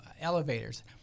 elevators